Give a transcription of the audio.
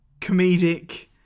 comedic